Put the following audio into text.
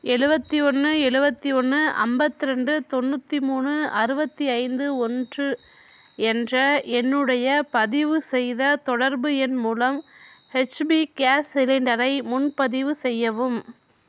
எழுபத்தி ஒன்று எழுபத்தி ஒன்று ஐம்பத்ரெண்டு தொண்ணூற்றி மூணு அறுபத்தி ஐந்து ஒன்று என்ற என்னுடைய பதிவுசெய்த தொடர்பு எண் மூலம் ஹெச்பி கேஸ் சிலிண்டரை முன்பதிவு செய்யவும்